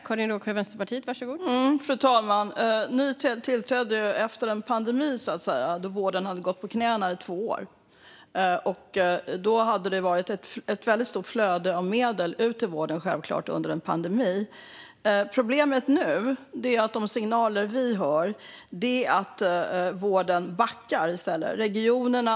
Fru talman! Ni tillträdde efter en pandemi då vården hade gått på knäna i två år. Då hade det varit ett väldigt stort flöde av medel ut till vården - självklart under en pandemi. Problemet nu är att de signaler vi hör är att vården i stället backar.